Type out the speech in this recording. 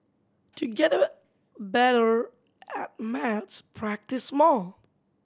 to get better at maths practise more